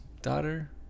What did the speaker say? daughter